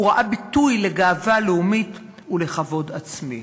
ראה ביטוי לגאווה לאומית ולכבוד עצמי.